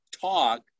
talk